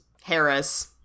Harris